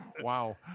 Wow